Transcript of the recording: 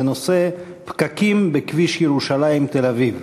בנושא: פקקים בכביש ירושלים תל-אביב.